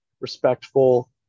respectful